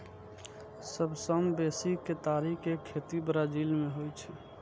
सबसं बेसी केतारी के खेती ब्राजील मे होइ छै